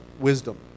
wisdom